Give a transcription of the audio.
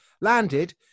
landed